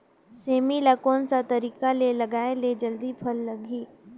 सेमी ला कोन सा तरीका से लगाय ले जल्दी फल लगही?